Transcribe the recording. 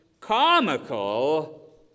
comical